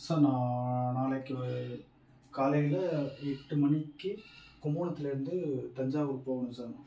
sir நான் நாளைக்கு ஒரு காலையில் எட்டு மணிக்கு கும்பகோணத்திலேர்ந்து தஞ்சாவூர் போகணும் சார்